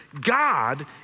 God